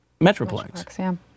metroplex